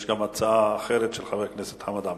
יש גם הצעה אחרת, של חבר הכנסת חמד עמאר.